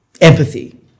empathy